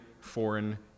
foreign